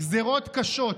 גזרות קשות,